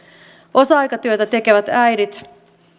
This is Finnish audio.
osa aikatyötä tekevät äidit